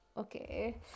Okay